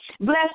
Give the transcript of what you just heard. bless